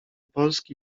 polski